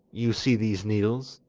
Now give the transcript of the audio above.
you see these needles?